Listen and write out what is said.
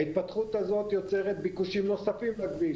ההתפתחות הזאת יוצרת ביקושים נוספים לכביש